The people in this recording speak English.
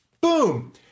Boom